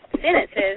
sentences